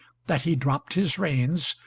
that he dropped his reins,